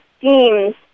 themes